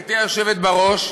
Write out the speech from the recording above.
גברתי היושבת בראש,